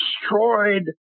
destroyed